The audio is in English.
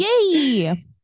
yay